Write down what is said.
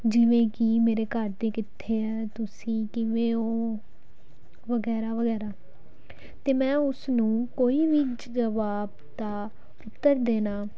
ਜਿਵੇਂ ਕਿ ਮੇਰੇ ਘਰਦੇ ਕਿੱਥੇ ਆ ਤੁਸੀਂ ਕਿਵੇਂ ਹੋ ਵਗੈਰਾ ਵਗੈਰਾ ਅਤੇ ਮੈਂ ਉਸ ਨੂੰ ਕੋਈ ਵੀ ਜਵਾਬ ਦਾ ਉੱਤਰ ਦੇਣਾ